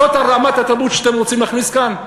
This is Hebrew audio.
זאת רמת התרבות שאתם רוצים להכניס לכאן?